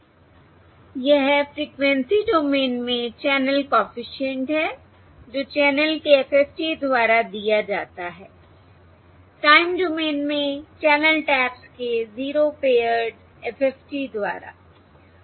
यह frequency domain में channel coefficient है जो चैनल के FFT द्वारा दिया जाता है टाइम डोमेन में चैनल टैप्स के 0 पेअर्ड FFT द्वारा